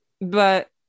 but-